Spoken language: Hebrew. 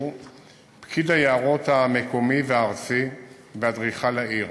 פקיד היערות המקומי והארצי ואדריכל העיר,